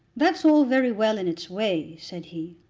that's all very well in its way, said he,